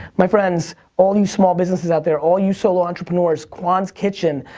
my friends, all you small businesses out there, all you solo entrepreneurs, kwan's kitchen,